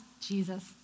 Jesus